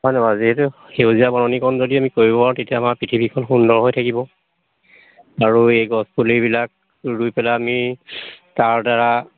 হয় নহয় বাৰু যিহেতু সেউজীয়া বননীকৰণ যদি আমি কৰিব তেতিয়া আমাৰ পৃথিৱীখন সুন্দৰ হৈ থাকিব আৰু এই গছপুলিবিলাক ৰুই পেলাই আমি তাৰ দ্বাৰা